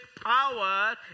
power